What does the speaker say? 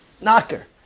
knocker